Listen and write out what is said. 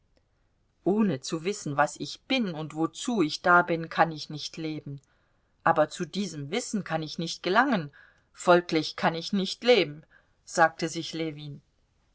ohne zu wissen was ich bin und wozu ich da bin kann ich nicht leben aber zu diesem wissen kann ich nicht gelangen folglich kann ich nicht leben sagte sich ljewin